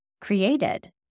created